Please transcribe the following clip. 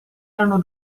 erano